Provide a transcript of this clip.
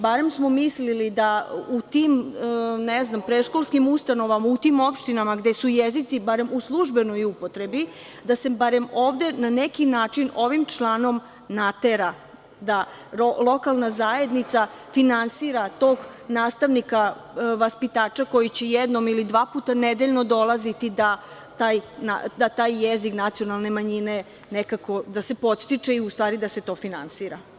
Bar smo mislili da u tim predškolskim ustanovama, u tim opštinama gde su jezici bar u službenoj upotrebi da se ovde na neki način ovim članom natera da lokalna zajednica finansira tog nastavnika-vaspitača, koji će jednom ili dva puta nedeljno dolaziti da taj jezik nacionalne manjine se podstiče i u stvari da se to finansira.